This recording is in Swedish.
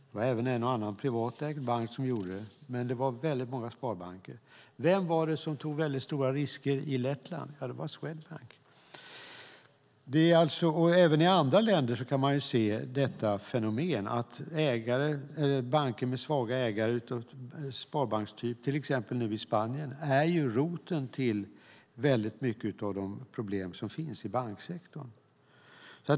Det var även en och annan privatägd bank som gjorde det, men det var väldigt många sparbanker. Vem var det som tog väldigt stora risker i Lettland? Jo, det var Swedbank. Även i andra länder kan man se detta fenomen. Banker med svaga ägare av sparbankstyp, till exempel i Spanien, är roten till mycket av de problem som finns i banksektorn.